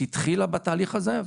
שהתחילה בתהליך הזה,